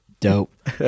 Dope